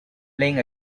playing